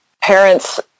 parents